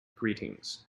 greetings